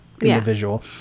individual